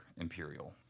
Imperial